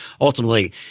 ultimately